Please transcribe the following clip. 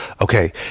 Okay